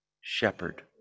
shepherd